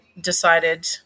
decided